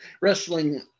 wrestling